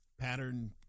pattern